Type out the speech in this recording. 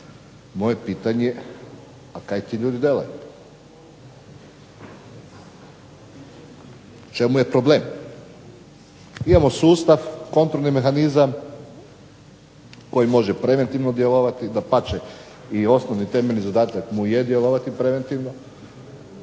moje pitanje je, a kaj ti ljudi delaju? U čemu je problem? Imamo sustav, kontrolni mehanizam koji može preventivno djelovati, dapače i osnovni i temeljni zadatak mu je djelovati preventivno,